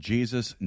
Jesus